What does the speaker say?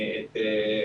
תודה.